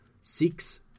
six